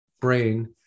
brain